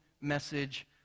message